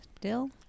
dill